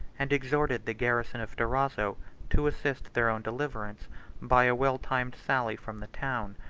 and exhorted the garrison of durazzo to assist their own deliverance by a well-timed sally from the town.